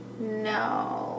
No